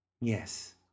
Yes